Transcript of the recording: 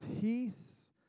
peace